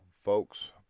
Folks